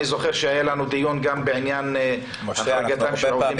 אני זוכר שהיה לנו דיון גם בעניין החרגתם של עובדים